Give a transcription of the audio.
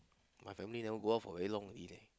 my family never go out for very long already leh